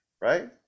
right